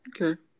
Okay